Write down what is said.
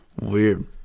Weird